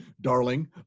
darling